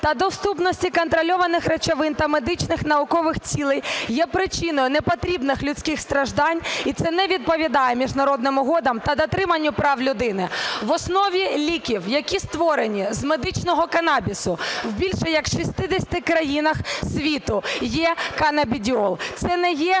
та доступності контрольованих речовин для медичних та наукових цілях є причиною непотрібних людських страждань, і це не відповідає міжнародним угодам та дотриманню прав людини. В основі ліків, які створені з медичного канабісу, в більше як 60 країнах світу є канабідіол. Це не є